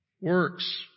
works